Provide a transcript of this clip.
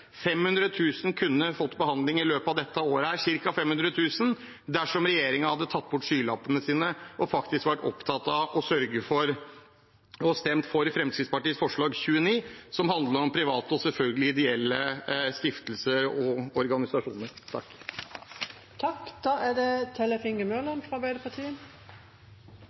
kunne fått behandling i løpet av dette året dersom regjeringen hadde tatt bort skylappene sine, faktisk vært opptatt av å sørge for dette og stemt for Fremskrittspartiets forslag, nr. 29, som handler om private og selvfølgelig også ideelle stiftelser og organisasjoner.